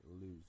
lose